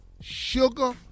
sugar